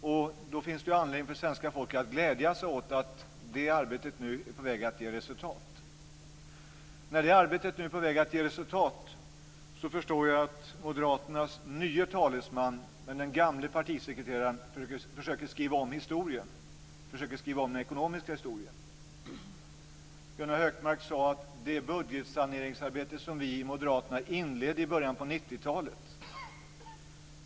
Det finns då anledning för svenska folket att glädja sig åt att det arbetet är på väg att ge resultat. Mot den bakgrunden förstår jag att moderaternas nye talesman, den gamle partisekreteraren, nu försöker skriva om den ekonomiska historien. Gunnar Hökmark talade om det budgetsaneringsarbete som moderaterna inledde i början av 90-talet.